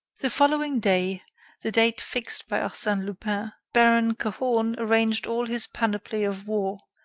the following day the date fixed by arsene lupin baron cahorn arranged all his panoply of war,